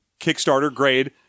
Kickstarter-grade